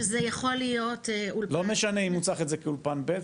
שזה יכול להיות אולפן -- לא משנה אם הוא צריך את זה כאולפן ב',